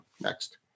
Next